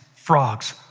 frogs,